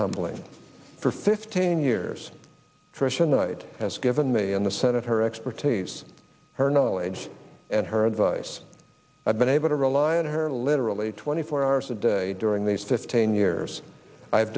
humbling for fifteen years trisha knight has given me in the senate her expertise her knowledge and her advice i've been able to rely on her literally twenty four hours a day during these fifteen years i have